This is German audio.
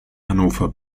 hannover